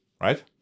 right